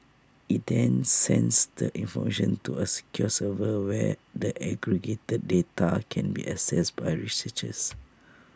IT then sends the information to A secure server where the aggregated data can be accessed by researchers